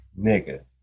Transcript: Nigga